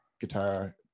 guitar